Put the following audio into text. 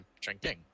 drinking